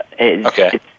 Okay